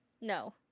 No